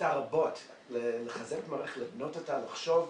ועשתה רבות לחזק את המערכת, לבנות אותה, לחשוב.